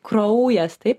kraujas taip